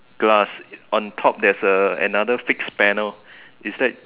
glass on top there's a another fixed panel is there